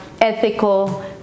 ethical